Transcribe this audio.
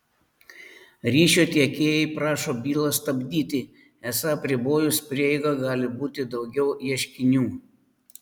ryšio tiekėjai prašo bylą stabdyti esą apribojus prieigą gali būti daugiau ieškinių